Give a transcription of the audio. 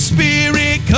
Spirit